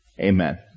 Amen